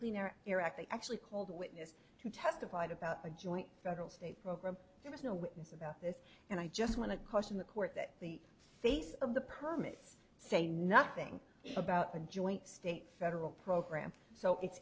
clean air act they actually called a witness who testified about a joint federal state program there was no witness about this and i just want to caution the court that the face of the permit say nothing about the joint state federal program so it's